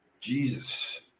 Jesus